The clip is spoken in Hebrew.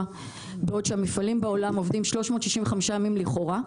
בעוד שהמפעלים בעולם עובדים 365 לכאורה.